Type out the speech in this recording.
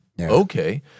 Okay